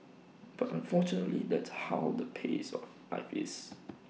but unfortunately that's how the pace of life is